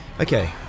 okay